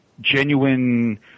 genuine